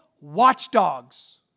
watchdogs